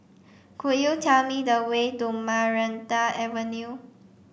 could you tell me the way to Maranta Avenue